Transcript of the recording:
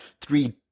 three